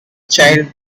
child